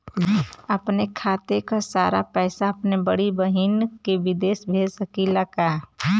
अपने खाते क सारा पैसा अपने बड़ी बहिन के विदेश भेज सकीला का?